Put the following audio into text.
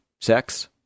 sex